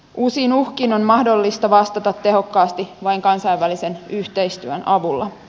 uusiin uhkiin on mahdollista vastata tehokkaasti vain kansainvälisen yhteistyön avulla